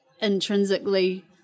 intrinsically